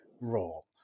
role